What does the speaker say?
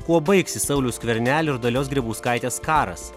kuo baigsis sauliaus skvernelio ir dalios grybauskaitės karas